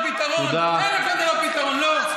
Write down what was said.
לא,